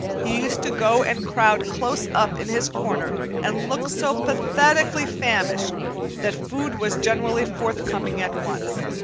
he used to go and crowd close up in his corner and look so pathetically famished that food was generally forthcoming at once.